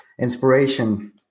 inspiration